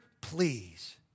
please